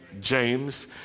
James